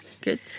Good